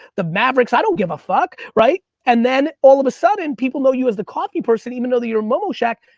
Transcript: the mavericks, i don't give a fuck. and then, all of a sudden, people know you as the coffee person even though that you're momo shack,